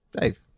Dave